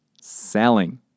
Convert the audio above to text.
selling